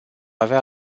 avea